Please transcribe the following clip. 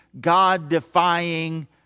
God-defying